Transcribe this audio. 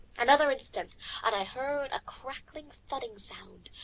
another instant and i heard a crackling, thudding sound.